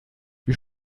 wir